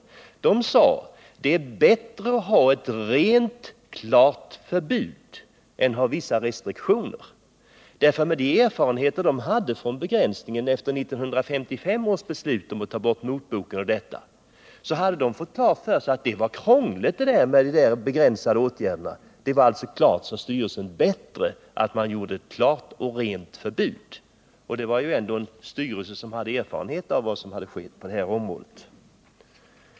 Styrelsen sade att det är bättre att ha ett rent och klart förbud än att ha vissa restriktioner, eftersom de erfarenheter som den hade av begränsningen efter 1955 års beslut om att ta bort motboken visade att det var krångligt med begränsade åtgärder. Det var alltså enligt styrelsen klart bättre att man införde ett rent förbud. Det var ändå en styrelse som hade erfarenhet av vad som hade skett på det här området.